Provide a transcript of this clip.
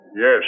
yes